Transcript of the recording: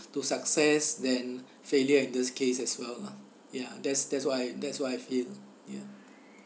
to success than failure in this case as well lah ya that's that's what I that's what I feel ya